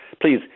Please